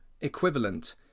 equivalent